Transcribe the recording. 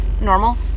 normal